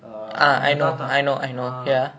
uh அந்த தாத்தா:antha thatha